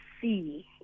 see